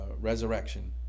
resurrection